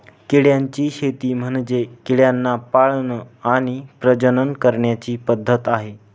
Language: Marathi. किड्यांची शेती म्हणजे किड्यांना पाळण आणि प्रजनन करण्याची पद्धत आहे